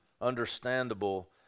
understandable